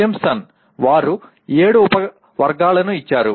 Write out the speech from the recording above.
Simpson వారు ఏడు ఉపవర్గాలను ఇచ్చారు